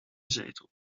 zetel